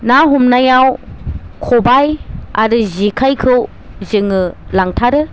ना हमनायाव खबाइ आरो जेखाइखौ जोङो लांथारो